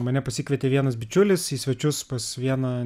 mane pasikvietė vienas bičiulis į svečius pas vieną